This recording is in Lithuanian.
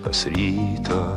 kas rytą